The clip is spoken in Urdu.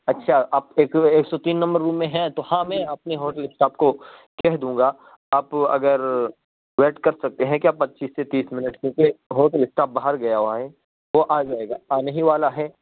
اچھا آپ ایک ایک سو تین نمبر روم میں ہیں تو ہاں میں اپنے ہوٹل اسٹاف کو کہہ دوں گا آپ اگر ویٹ کر سکتے ہیں کیا آپ پچیس سے تیس منٹ کیونکہ ہوٹل اسٹاف باہر گیا ہوا ہے وہ آ جائے گا آنے ہی والا ہے